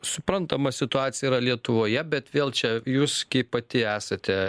suprantama situacija yra lietuvoje bet vėl čia jūs kaip pati esate